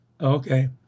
Okay